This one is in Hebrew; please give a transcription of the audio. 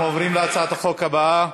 אנחנו עוברים להצעת החוק הבאה.